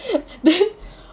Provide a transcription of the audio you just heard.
then